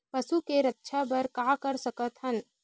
पशु के रक्षा बर का कर सकत हन?